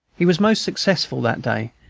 he was most successful that day,